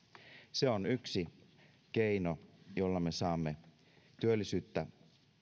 se on yksi keino jolla me saamme työllisyyttä